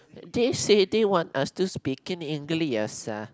they say they want us to speak in English ah